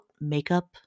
makeup